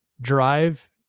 drive